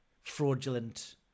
fraudulent